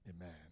Amen